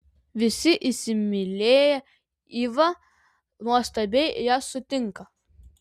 visi įsimylėję ivą nuostabiai ją sutinka